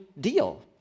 deal